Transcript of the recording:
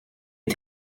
est